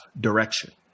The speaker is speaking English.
direction